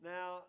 Now